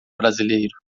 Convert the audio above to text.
brasileiro